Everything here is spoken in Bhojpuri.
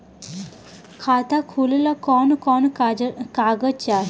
खाता खोलेला कवन कवन कागज चाहीं?